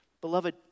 Beloved